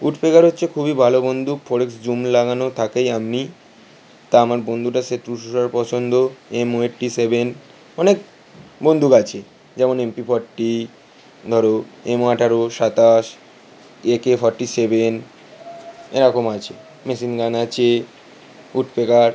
woodpecker হচ্ছে খুবই ভালো বন্দুক ফোর এক্স জুম লাগানো থাকে ওমনি তা আমার বন্দুকটা সে টুসুডার পছন্দ এম এইট্টি সেভেন অনেক বন্ধুক আছে যেমন এম পি ফোর্টি ধরো এম আঠারো সাতাশ এ কে ফোর্টি সেভেন এরকম আছে মেশিন গান আছে উঠপেকার